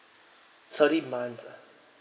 thirty months ah